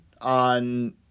on